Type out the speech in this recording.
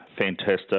fantastic